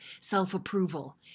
self-approval